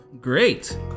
Great